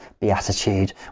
beatitude